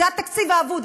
זה התקציב האבוד.